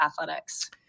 athletics